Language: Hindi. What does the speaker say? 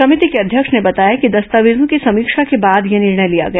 समिति के अध्यक्ष ने बताया कि दस्तावेजों की समीक्षा के बाद यह निर्णय लिया गया